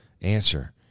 Answer